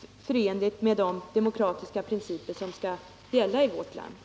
som är förenligt med de demokratiska principer som skall gälla i vårt land?